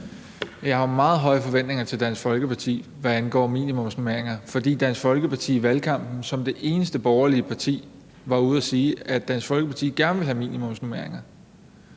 Jeg har meget høje forventninger til Dansk Folkeparti, hvad angår minimumsnormeringer, fordi Dansk Folkeparti i valgkampen, som det eneste borgerlige parti, var ude og sige, at Dansk Folkeparti gerne ville have minimumsnormeringer.